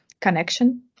connection